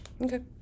Okay